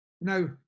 Now